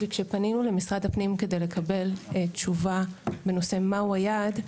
וכשפנינו למשרד הפנים כדי לקבל תשובה בנושא מהו היעד,